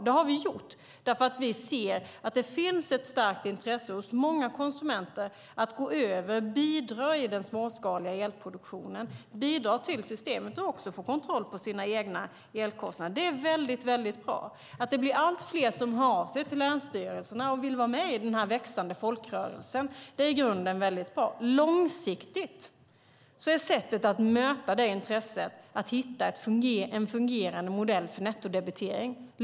Det har vi gjort därför att vi ser att det finns ett starkt intresse hos många konsumenter för att gå över och bidra i den småskaliga elproduktionen, bidra till systemet och även få kontroll över sina egna elkostnader. Att det blir allt fler som hör av sig till länsstyrelserna och vill vara med i denna växande folkrörelse är i grunden väldigt bra. Långsiktigt är sättet att möta det intresset att hitta en fungerande modell för nettodebitering.